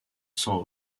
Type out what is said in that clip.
sans